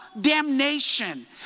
damnation